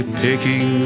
picking